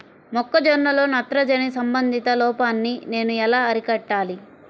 మొక్క జొన్నలో నత్రజని సంబంధిత లోపాన్ని నేను ఎలా అరికట్టాలి?